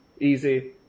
easy